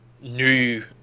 new